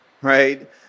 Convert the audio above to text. right